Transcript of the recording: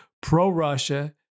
pro-Russia